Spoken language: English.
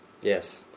Yes